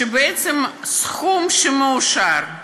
שבעצם יש סכום שמאושר,